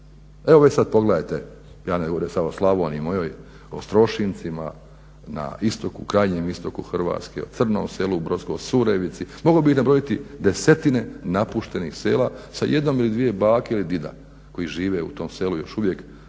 Evo već sad pogledajte ja ne govorim samo o Slavoniji mojoj, o Strošincima na istoku, krajnjem istoku Hrvatske, Crnom selu, Surevici, mogao bi ih nabrojiti desetine napuštenih sela sa jednom ili dvije bake ili dida koji žive u tom selu još uvijek